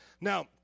Now